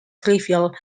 trivial